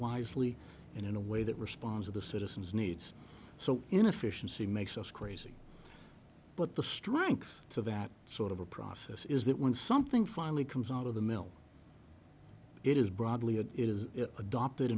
wisely and in a way that response of the citizens needs so inefficiency makes us crazy but the strength of that sort of a process is that when something finally comes out of the mill it is broadly and it is adopted